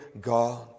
God